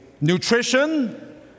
Nutrition